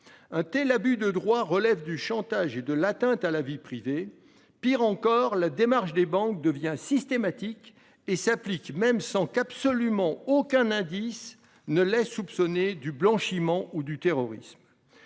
Un tel abus de droit relève du chantage et de l'atteinte à la vie privée. Pire encore, la démarche des banques devient systématique et s'applique même en l'absence du moindre indice laissant soupçonner du blanchiment ou du terrorisme.